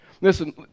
Listen